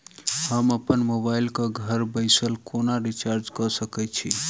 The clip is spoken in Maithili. हम अप्पन मोबाइल कऽ घर बैसल कोना रिचार्ज कऽ सकय छी?